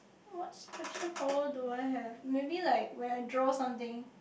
what special power do I have maybe like when I draw something